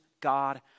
God